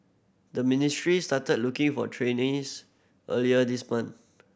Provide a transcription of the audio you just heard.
the ministry started looking for trainers earlier this month